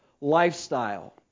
lifestyle